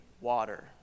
water